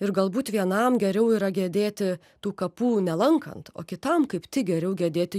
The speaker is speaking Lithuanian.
ir galbūt vienam geriau yra gedėti tų kapų nelankant o kitam kaip tik geriau gedėti